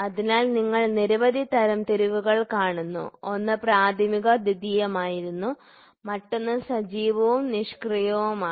അതിനാൽ നിങ്ങൾ നിരവധി തരംതിരിവുകൾ കാണുന്നു ഒന്ന് പ്രാഥമിക ദ്വിതീയമായിരുന്നു മറ്റൊന്ന് സജീവവും നിഷ്ക്രിയവുമാണ്